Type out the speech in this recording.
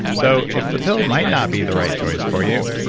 so if the pill might not be the right choice for you,